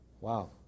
Wow